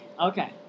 Okay